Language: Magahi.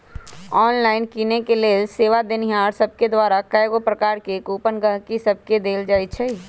ऑनलाइन किनेके लेल सेवा देनिहार सभके द्वारा कएगो प्रकार के कूपन गहकि सभके देल जाइ छइ